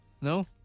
No